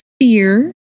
fear